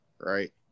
Right